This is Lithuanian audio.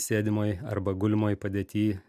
sėdimoj arba gulimoj padėty